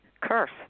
curse